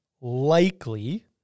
likely